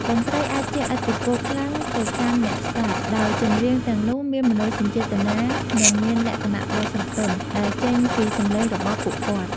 តន្រ្តីអាចជះឥទ្ធិពលខ្លាំងទៅកាន់អ្នកស្តាប់ ដោយចម្រៀងទាំងនោះមានមនោសញ្ចេតនានិងមានលក្ខណៈដ៏ស្រទន់ដែលចេញពីសម្លេងរបស់ពួកគាត់។